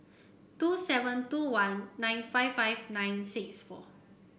two seven two one nine five five nine six four